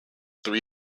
three